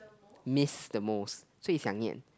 miss the most so it's 想念